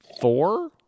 Four